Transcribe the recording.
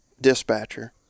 dispatcher